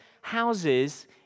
houses